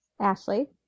Ashley